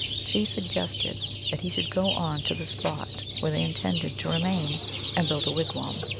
she suggested that he should go on to the spot where they intended to re main and build a wigwam.